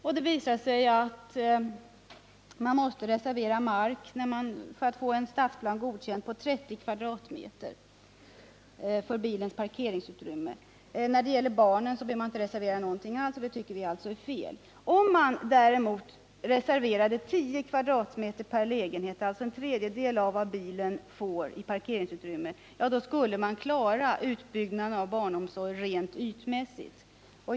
Det har visat sig att man för att få en stadsplan godkänd måste reservera 30 m? för bilens parkering, medan man när det gäller barnen inte behöver reservera någonting alls, vilket vi alltså tycker är fel. Reserverade man 10 m? per lägenhet, dvs. en tredjedel av vad bilen får i parkeringsutrymme, skulle man klara utbyggnaden av barnomsorgen rent ytmässigt.